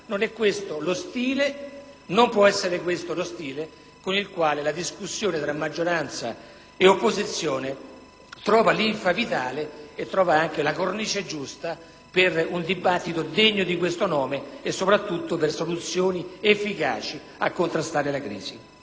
un disegno unitario. Non può essere questo lo stile con il quale la discussione tra maggioranza e opposizione trova linfa vitale ed anche la cornice giusta per un dibattito degno di questo nome e soprattutto per soluzioni efficaci a contrastare la crisi.